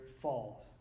falls